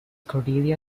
cordelia